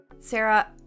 Sarah